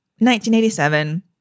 1987